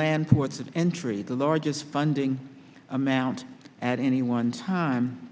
land ports of entry the largest funding amount at any one time